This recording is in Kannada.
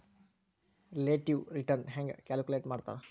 ರಿಲೇಟಿವ್ ರಿಟರ್ನ್ ಹೆಂಗ ಕ್ಯಾಲ್ಕುಲೇಟ್ ಮಾಡ್ತಾರಾ